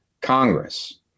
Congress